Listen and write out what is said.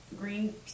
green